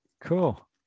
cool